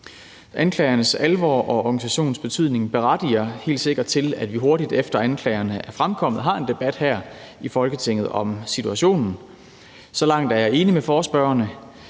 Anklagernes alvor og organisationens betydning berettiger helt sikkert til, at vi, hurtigt efter at anklagerne er fremkommet, har en debat her i Folketinget om situationen. Så langt er jeg enig med forespørgerne.